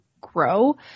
grow